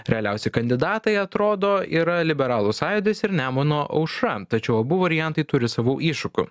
realiausi kandidatai atrodo yra liberalų sąjūdis ir nemuno aušra tačiau abu variantai turi savų iššūkių